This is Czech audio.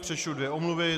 Přečtu dvě omluvy.